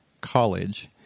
college